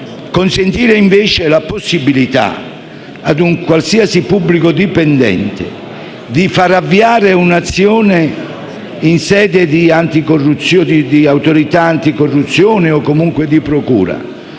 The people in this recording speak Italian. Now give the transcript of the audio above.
Consentendo invece ad un qualsiasi pubblico dipendente di far avviare un'azione in sede di autorità anticorruzione o comunque di procura